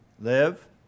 live